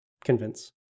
Convince